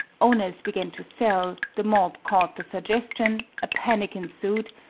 owners began to sell, the mob caught the suggestion, a panic ensued,